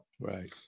Right